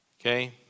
Okay